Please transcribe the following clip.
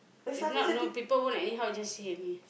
if not no people won't anyway say only